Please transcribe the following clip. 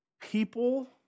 people